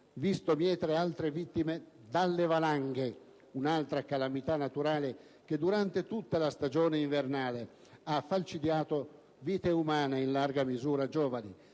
visto mietere altre vittime dalle valanghe, un'altra calamità naturale che durante tutta la stagione invernale ha falcidiato vite umane, in larga misura giovani;